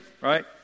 right